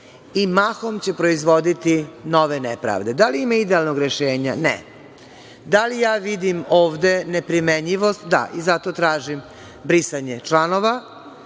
i mahom će proizvoditi nove nepravde. Da li ima idealnog rešenja? Ne. Da li ja vidim ovde nepromenjivost? Da i zato tražim brisanje članova,